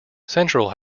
central